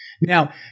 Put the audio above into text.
Now